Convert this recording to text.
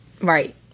Right